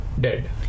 Dead